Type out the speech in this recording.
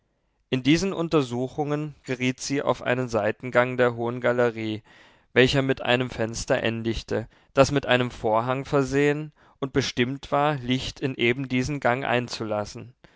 in diesen untersuchungen geriet sie auf einen seitengang der hohen galerie welcher mit einem fenster endigte das mit einem vorhang versehen und bestimmt war licht in eben diesen gang einzulassen